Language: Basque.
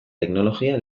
teknologia